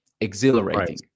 exhilarating